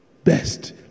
Best